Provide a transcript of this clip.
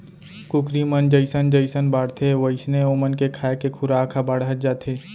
कुकरी मन जइसन जइसन बाढ़थें वोइसने ओमन के खाए के खुराक ह बाढ़त जाथे